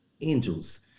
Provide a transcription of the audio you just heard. angels